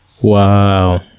wow